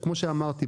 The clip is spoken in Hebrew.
כמו שאמרתי,